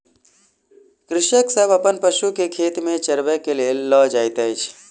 कृषक सभ अपन पशु के खेत में चरबै के लेल लअ जाइत अछि